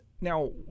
Now